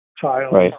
child